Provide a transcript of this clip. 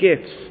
gifts